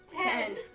Ten